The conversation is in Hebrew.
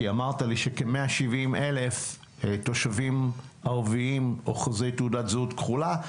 כי אמרת לי שכ- 170,000 תושבים ערביים אוחזי תעודת זהות כחולה,